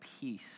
peace